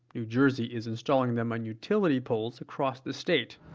new jersey's installing them on utility poles across the state